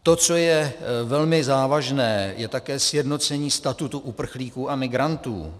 To, co je velmi závažné, je také sjednocení statutu uprchlíků a migrantů.